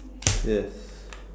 yes